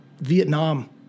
Vietnam